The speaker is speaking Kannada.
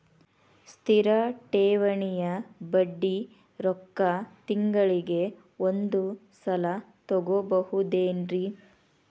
ಸ್ಥಿರ ಠೇವಣಿಯ ಬಡ್ಡಿ ರೊಕ್ಕ ತಿಂಗಳಿಗೆ ಒಂದು ಸಲ ತಗೊಬಹುದೆನ್ರಿ?